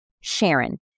Sharon